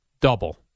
double